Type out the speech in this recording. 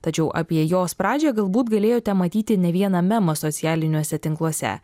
tačiau apie jos pradžią galbūt galėjote matyti ne vieną memą socialiniuose tinkluose